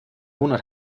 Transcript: monat